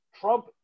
Trump